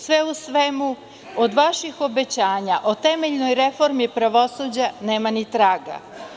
Sve u svemu, od vaših obećanja o temeljnoj reformi pravosuđa nema ni traga.